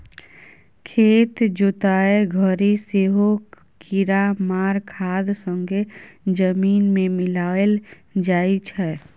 खेत जोतय घरी सेहो कीरामार खाद संगे जमीन मे मिलाएल जाइ छै